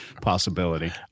possibility